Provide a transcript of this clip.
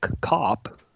cop